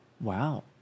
Wow